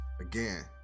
again